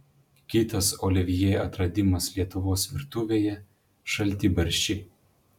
kitas olivjė atradimas lietuvos virtuvėje šaltibarščiai